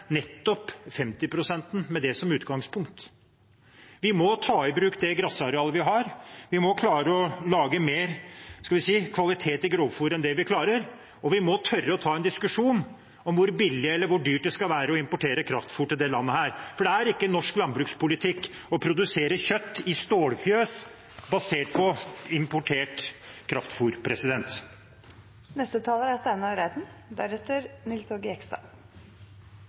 nettopp 50 pst. med det som utgangspunkt. Vi må ta i bruk det grasarealet vi har, vi må klare å få mer kvalitet i grovfôret enn det vi klarer nå, og vi må tørre å ta en diskusjon om hvor billig eller dyrt det skal være å importere kraftfôr til dette landet. For det er ikke norsk landbrukspolitikk å produsere kjøtt i stålfjøs basert på importert